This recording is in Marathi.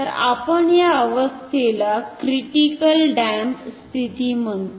तर आपण या अवस्थेला क्रिटिकली डॅम्प स्थिती म्हणतो